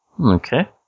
Okay